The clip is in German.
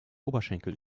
oberschenkel